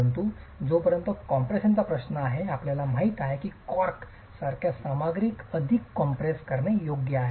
परंतु जोपर्यंत कॉम्प्रेसचा प्रश् आहे आपल्याला माहित आहे की कॉर्क सारख्या सामग्रीस अधिक कॉम्प्रेस करणे योग्य आहे